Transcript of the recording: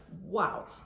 wow